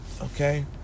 Okay